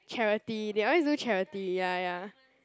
charity they always do charity ya ya